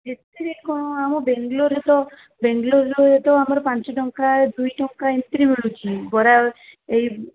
ଏତେ ରେଟ୍ କ'ଣ ଆମ ବେଙ୍ଗଲୋର୍ରେ ତ ବେଙ୍ଗଲୋର୍ରେ ତ ଆମର ପାଞ୍ଚ ଟଙ୍କା ଦୁଇ ଟଙ୍କା ଏମିତିରେ ମିଳୁଛି ବରା ଏଇ